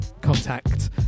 contact